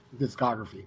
discography